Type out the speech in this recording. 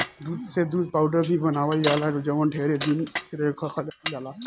दूध से दूध पाउडर भी बनावल जाला जवन ढेरे दिन ले रखल जाला